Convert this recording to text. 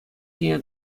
ҫине